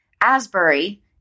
Asbury